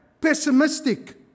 pessimistic